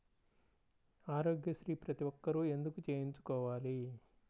ఆరోగ్యశ్రీ ప్రతి ఒక్కరూ ఎందుకు చేయించుకోవాలి?